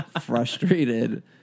frustrated